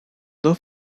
dos